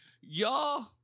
Y'all